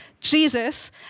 Jesus